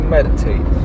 Meditate